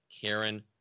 Karen